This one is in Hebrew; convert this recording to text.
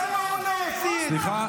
למה הוא, סליחה,